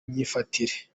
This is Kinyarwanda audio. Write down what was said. myifatire